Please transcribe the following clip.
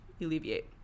alleviate